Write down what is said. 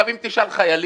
אם תשאל חיילים,